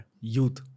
Youth